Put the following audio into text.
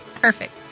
Perfect